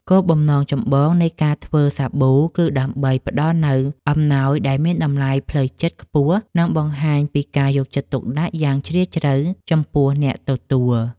គោលបំណងចម្បងនៃការធ្វើសាប៊ូគឺដើម្បីផ្តល់នូវអំណោយដែលមានតម្លៃផ្លូវចិត្តខ្ពស់ និងបង្ហាញពីការយកចិត្តទុកដាក់យ៉ាងជ្រាលជ្រៅចំពោះអ្នកទទួល។